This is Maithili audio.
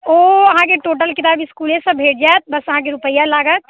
ओ अहाँके टोटल किताब इसकुले सँ भेट जायत बस अहाँके रूपैआ लागत